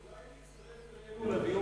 אולי תצטרף אלינו לדיון